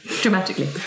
Dramatically